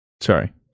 sorry